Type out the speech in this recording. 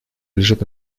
лежит